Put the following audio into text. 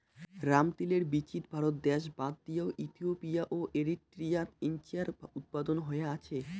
রামতিলের বীচিত ভারত দ্যাশ বাদ দিয়াও ইথিওপিয়া ও এরিট্রিয়াত ইঞার উৎপাদন হয়া আছে